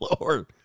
lord